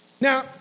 Now